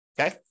okay